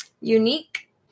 Unique